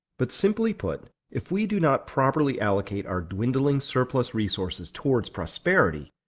but simply put if we do not properly allocate our dwindling surplus resources towards prosperity,